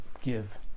give